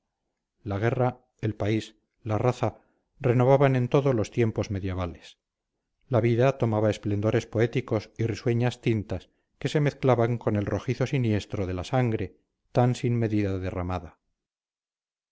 la guerra el país la raza renovaban en todo los tiempos medievales la vida tomaba esplendores poéticos y risueñas tintas que se mezclaban con el rojizo siniestro de la sangre tan sin medida derramada